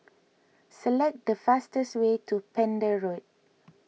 select the fastest way to Pender Road